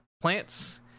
plants